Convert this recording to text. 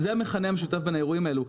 זה המכנה המשותף בין האירועים האלה.